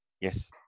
Yes